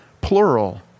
plural